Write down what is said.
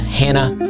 hannah